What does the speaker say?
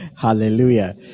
Hallelujah